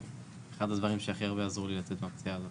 אחד הדברים שהכי הרבה עזרו לי לצאת מהפציעה הזאת.